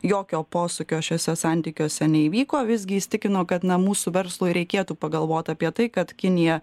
jokio posūkio šiuose santykiuose neįvyko visgi jis tikino kad na mūsų verslui reikėtų pagalvot apie tai kad kinija